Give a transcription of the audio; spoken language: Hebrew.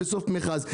בסוף מכרז.